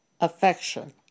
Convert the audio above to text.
affection